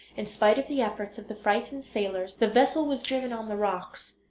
in spite of the efforts of the frightened sailors the vessel was driven on the rocks,